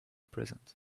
present